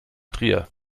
trier